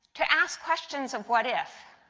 to ask questions of what if.